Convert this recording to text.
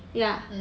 ya